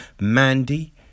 Mandy